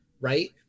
right